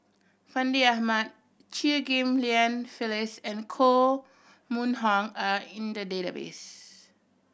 Fandi Ahmad Chew Ghim Lian Phyllis and Koh Mun Hong are in the database